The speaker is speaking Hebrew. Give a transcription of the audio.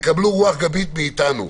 תקבלו רוח גבית מאתנו.